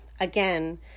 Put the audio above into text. again